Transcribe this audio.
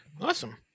Awesome